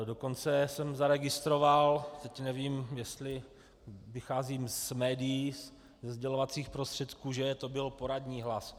Dokonce jsem zaregistroval, teď nevím, jestli vycházím z médií, ze sdělovacích prostředků, že to byl poradní hlas.